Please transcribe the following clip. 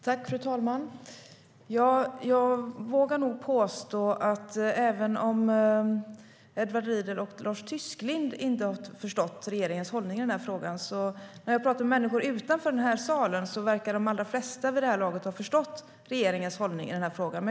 Fru talman! Jag vågar påstå att även om Edward Riedl och Lars Tysklind inte har förstått regeringens hållning i denna fråga så verkar de allra flesta människor utanför denna sal som jag har talat med ha förstått regeringens hållning i denna fråga.